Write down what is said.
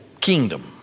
kingdom